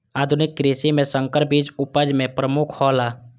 आधुनिक कृषि में संकर बीज उपज में प्रमुख हौला